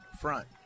front